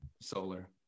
solar